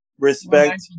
respect